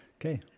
Okay